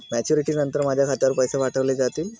Maturity नंतर माझ्या खात्यावर पैसे पाठविले जातील?